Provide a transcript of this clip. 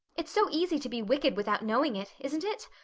it's so easy to be wicked without knowing it, isn't it?